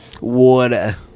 Water